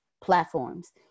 platforms